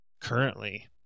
currently